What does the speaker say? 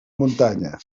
muntanya